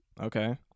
Okay